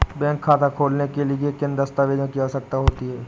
Bank खाता खोलने के लिए किन दस्तावेजों की आवश्यकता होती है?